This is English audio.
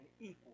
equal